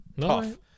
Tough